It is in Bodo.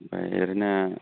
ओमफ्राय ओरैनो